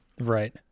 right